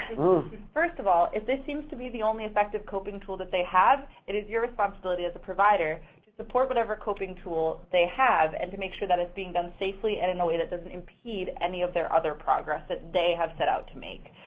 first of all, if this seems to be the only effective coping tool that they have, it is your responsibility as a provider to support whatever coping tool they have and to make sure that it's being done safely and in a way that doesn't impede any of their other progress that they have set out to make.